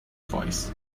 voice